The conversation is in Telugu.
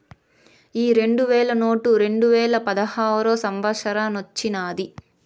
ఈ రెండు వేల నోటు రెండువేల పదహారో సంవత్సరానొచ్చినాది